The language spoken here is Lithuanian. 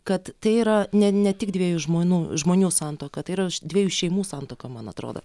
kad tai yra ne ne tik dviejų žmonų žmonių santuoka tai yra dviejų šeimų santuoka man atrodo